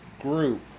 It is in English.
group